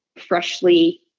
freshly